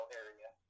area